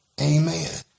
Amen